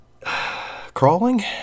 crawling